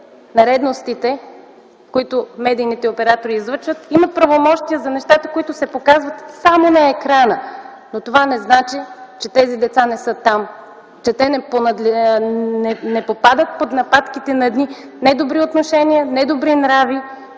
нередностите, които медийните оператори излъчват, има правомощия за нещата, които се показват само на екрана, но това не значи, че тези деца не са там, че те не попадат под нападките на недобри отношения, недобри нрави